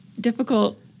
difficult